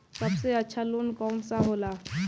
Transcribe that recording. सबसे अच्छा लोन कौन सा होला?